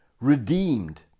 Redeemed